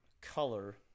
color